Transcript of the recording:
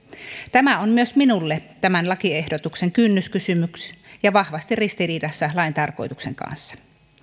tämä on myös minulle tämän lakiehdotuksen kynnyskysymys ja vahvasti ristiriidassa lain tarkoituksen kanssa